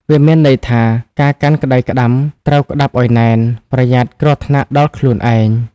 វាមានន័យថា ការកាន់ក្ដីក្ដាំត្រូវក្ដាប់ឲ្យណែន ប្រយ័ត្នគ្រោះថ្នាក់ដល់ខ្លួនឯង ។